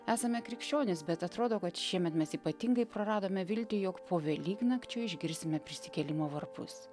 esame krikščionys bet atrodo kad šiemet mes ypatingai praradome viltį jog po velyknakčio išgirsime prisikėlimo varpus